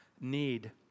need